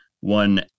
one